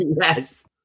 yes